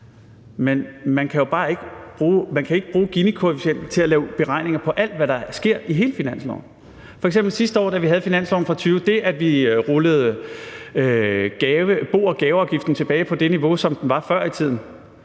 Men man kan jo bare ikke bruge Ginikoefficienten til at lave beregninger på alt, hvad der sker i hele finansloven. Sidste år, da vi havde finansloven for 2020, rullede vi f.eks. bo- og gaveafgiften tilbage på det niveau, som den var før i tiden,